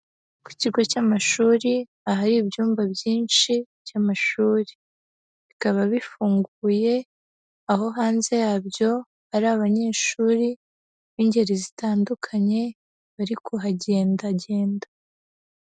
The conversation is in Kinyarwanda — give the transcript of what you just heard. Ku kigo cy'amashuri ahari ibyumba byinshi by'amashuri. Bikaba bifunguye aho hanze yabyo hari abanyeshuri b'ingeri zitandukanye bari kuhagendagenda.